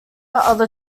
other